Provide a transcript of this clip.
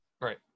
Right